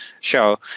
show